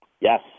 Yes